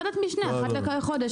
ועדת משנה אחת לחודש,